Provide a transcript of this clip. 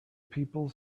people